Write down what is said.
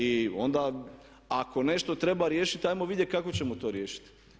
I onda ako nešto treba riješiti ajmo vidjeti kako ćemo to riješiti.